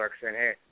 hey